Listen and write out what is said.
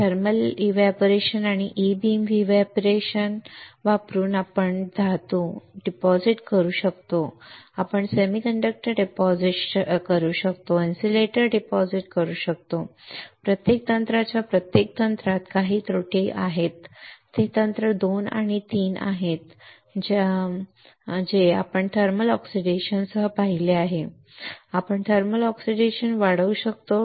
thermal evaporation आणि e beam evaporation वापरून आपण धातू जमा करू शकतो आपण सेमीकंडक्टर जमा करू शकतो आपण इन्सुलेटर डिपॉझिट करू शकतो प्रत्येक तंत्राच्या प्रत्येक तंत्रात काही त्रुटी आहेत ते तंत्र 2 आणि तंत्र 3 आहेत जे आपण थर्मल ऑक्सिडेशन सह पाहिले आहे आपण सिलिकॉन वाढवू शकतो